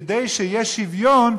כדי שיהיה שוויון,